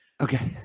okay